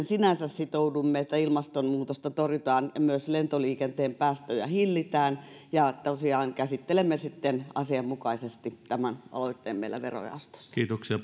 sinänsä sitoudumme että ilmastonmuutosta torjutaan ja myös lentoliikenteen päästöjä hillitään ja tosiaan käsittelemme sitten asianmukaisesti tämän aloitteen meillä verojaostossa